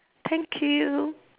thank you